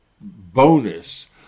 bonus